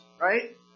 right